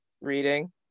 reading